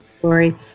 Glory